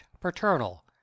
paternal